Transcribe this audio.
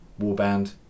warband